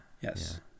Yes